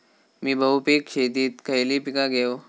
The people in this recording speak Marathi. मी बहुपिक शेतीत खयली पीका घेव?